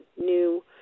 new –